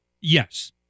Yes